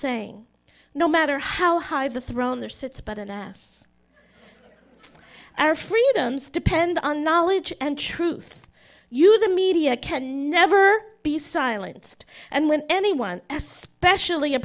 saying no matter how high the throne there sits but an ass our freedoms depend on knowledge and truth you the media can never be silenced and when anyone especially a